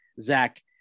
Zach